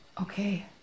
Okay